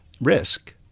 risk